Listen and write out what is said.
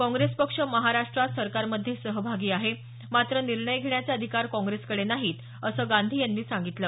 काँप्रेस पक्ष महाराष्ट्रात सरकारमध्ये सहभागी आहे मात्र निर्णय घेण्याचे अधिकार काँप्रेसकडे नाहीत असं गांधी यांनी सांगितलं